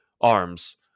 arms